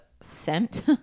scent